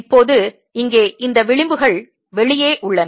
இப்போது இங்கே இந்த விளிம்புகள் வெளியே உள்ளன